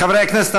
חברי הכנסת,